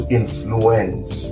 influence